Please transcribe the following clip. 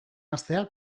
hastea